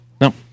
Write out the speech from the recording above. no